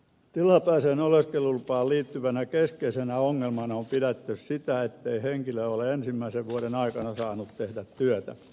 tilapäiseen oleskelulupaan liittyvänä kes keisenä ongelmana on pidetty sitä ettei henkilö ole ensimmäisen vuoden aikana saanut tehdä työtä